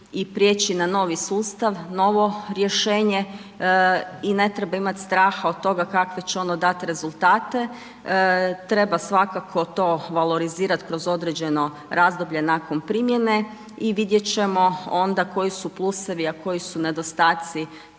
i prijeći na novi sustav, novo rješenje i ne treba imati straha od toga kakve će ono dati rezultate. Treba svakako to valorizirati kroz određeno razdoblje nakon primjene i vidjeti ćemo onda koji su plusevi a koji su nedostaci